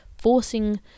forcing